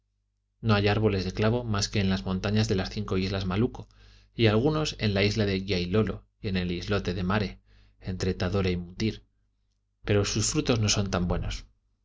no hay árboles de clavo mas que en las montañas de las cinco islas malucco y algunos en la isla de giailolo y en el islote de mare entre tadore y mutir pero sus frutos no son tan buenos